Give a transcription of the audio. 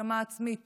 האשמה עצמית